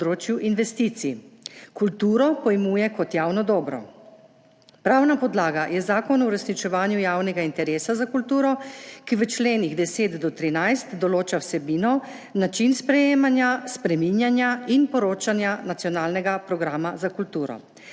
na področju investicij. Kulturo pojmuje kot javno dobro. Pravna podlaga je Zakon o uresničevanju javnega interesa za kulturo, ki v členih 10 do 13 določa vsebino, način sprejemanja, spreminjanja in poročanja nacionalnega programa za kulturo.